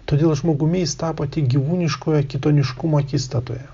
todėl žmogumi jis tapo tik gyvūniškojo kitoniškumo akistatoje